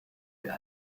der